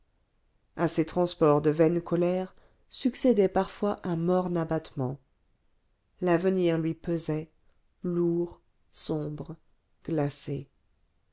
à ces transports de vaine colère succédait parfois un morne abattement l'avenir lui pesait lourd sombre glacé